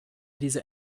diese